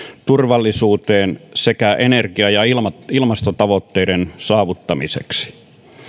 turvallisuuteen sekä energia ja ilmastotavoitteiden saavuttamiseksi